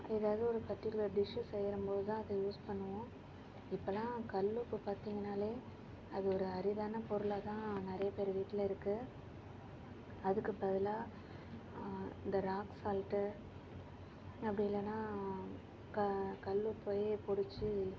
எதாவது ஒரு particular dish செய்யிறம்போது தான் அது யூஸ் பண்ணுவோம் இப்போலாம் கல் உப்பு பார்த்தீங்கனாலே அது ஒரு அரிதான பொருளாக தான் நிறைய பேர் வீட்டில இருக்கு அதுக்குப் பதிலாக இந்த ராக் சால்ட்டு அப்படி இல்லைனா க கல்லுப்பையே பிடிச்சி